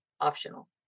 optional